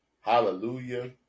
Hallelujah